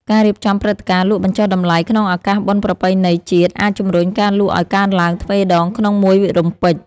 ការរៀបចំព្រឹត្តិការណ៍លក់បញ្ចុះតម្លៃក្នុងឱកាសបុណ្យប្រពៃណីជាតិអាចជម្រុញការលក់ឱ្យកើនឡើងទ្វេដងក្នុងមួយរំពេច។